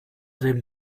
dem